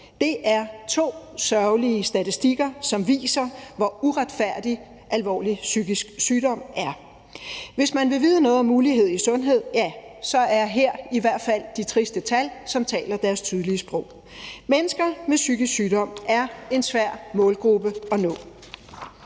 Det er to sørgelige statistikker, som viser, hvor uretfærdig alvorlig psykisk sygdom er. Hvis man vil vide noget om ulighed i sundhed, ja, så er her i hvert fald de triste tal, som taler deres tydelige sprog. Mennesker med psykisk sygdom er en svær målgruppe at nå.